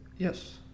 Yes